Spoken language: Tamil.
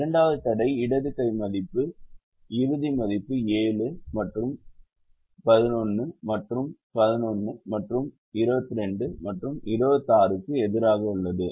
இரண்டாவது தடை இடது கை மதிப்பு இறுதி மதிப்பு 7 மற்றும் 7 மற்றும் 11 மற்றும் 11 மற்றும் 22 மற்றும் 26 க்கு எதிராக உள்ளது